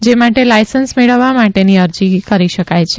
જે માટે લાયસન્સ મેળવવા માટેની અરજી કરી શકે છે